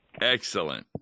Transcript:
excellent